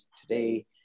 today